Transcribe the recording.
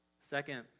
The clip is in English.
Second